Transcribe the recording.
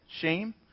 shame